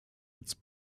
its